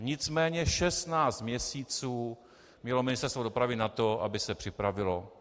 Nicméně 16 měsíců mělo Ministerstvo dopravy na to, aby se připravilo.